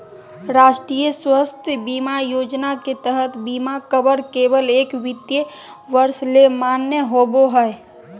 राष्ट्रीय स्वास्थ्य बीमा योजना के तहत बीमा कवर केवल एक वित्तीय वर्ष ले मान्य होबो हय